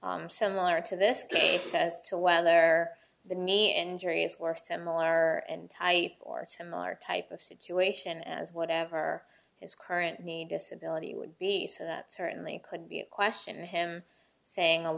similar to this case as to whether the knee and injury is or similar and type or similar type of situation as whatever his current need disability would be so that certainly could be a question him saying